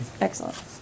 Excellent